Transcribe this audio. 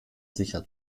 sicher